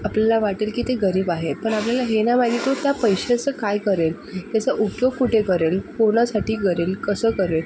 आपल्याला वाटेल की ते गरीब आहेत पण आपल्याला हे नाही माहिती तो त्या पैशाचं काय करेल त्याचा उपयोग कुठे करेल कोणासाठी करेल कसं करेल